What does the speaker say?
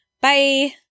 Bye